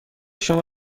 شما